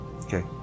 okay